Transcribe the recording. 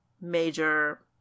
major